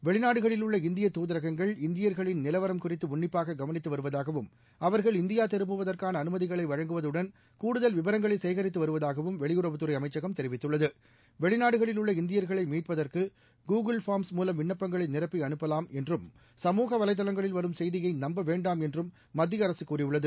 வெளிநாடுகளில் உள்ள இந்திய துதரகங்கள் இந்தியா்களின் நிலவரம் குறித்து உன்னிப்பாக கவளித்து வருவதாகவும் அவர்கள் இந்தியா திரும்புவதற்கான அனுமதிகளை வழங்குவதுடன் கூடுதல் விவரங்களை சேகித்து வருவதாகவும் வெளியுறவுத்துறை அமைச்சகம் தெரிவித்துள்ளது வெளிநாடுகளில் உள்ள இந்தியர்களை மீட்பதற்கு கூகுள் ஃபார்ம்ஸ் மூலம் விண்ணப்பங்களை நிரப்பி அனுப்பலாம் என்றும் சமூக வலைத்தளங்களில் வரும் செய்தியை நம்ப வேண்டாம் என்றும் மத்திய அரசு கூறியுள்ளது